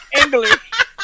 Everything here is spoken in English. English